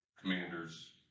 Commanders